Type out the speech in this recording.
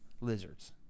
Lizards